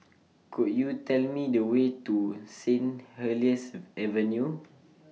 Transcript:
Could YOU Tell Me The Way to Sin Helier's Avenue